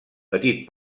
petit